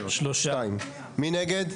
מי נגד?